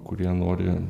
kurie nori